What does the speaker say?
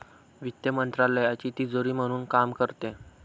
वित्त मंत्रालयाची तिजोरी म्हणून काम करते